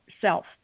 self